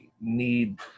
need